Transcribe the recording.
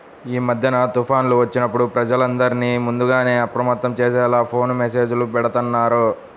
యీ మద్దెన తుఫాన్లు వచ్చినప్పుడు ప్రజలందర్నీ ముందుగానే అప్రమత్తం చేసేలా ఫోను మెస్సేజులు బెడతన్నారు